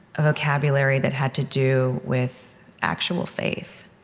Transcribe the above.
a vocabulary that had to do with actual faith,